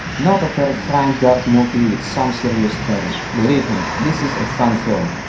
not a very crime dark movie with some serious story. believe me, this is a fun film.